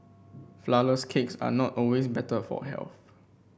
flourless cakes are not always better for health